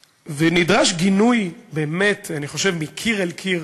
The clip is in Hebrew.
ונדרש באמת, אני חושב, גינוי מקיר לקיר